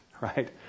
right